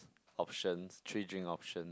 options three drink option